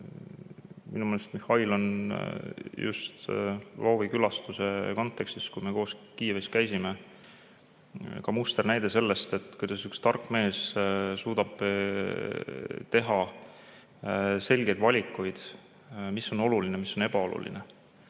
Minu meelest Mihhail on just Lvivi külastuse kontekstis – me käisime koos Kiievis – ka musternäide sellest, kuidas üks tark mees suudab teha selgeid valikuid, mis on oluline, mis on ebaoluline.